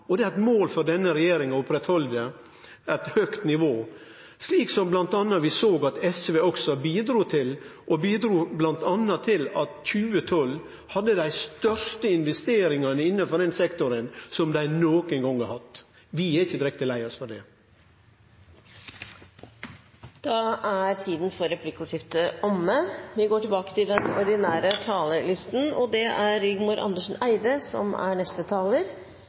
Det er eit mål for denne regjeringa å oppretthalde eit høgt nivå, slik vi såg at SV også bidrog til, og også bidrog bl.a. til at ein i 2012 hadde dei største investeringane som ein nokon gong har hatt innanfor denne sektoren. Vi er ikkje direkte lei oss for det. Replikkordskiftet er omme. Kristelig Folkeparti mener målet med all politikk bør være å løse dagens utfordringer uten at det